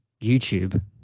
YouTube